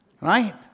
Right